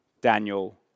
Daniel